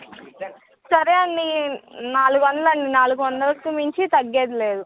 సరే అండి నాలుగు వందలండి నాలుగు వందలకు మించి తగ్గేది లేదు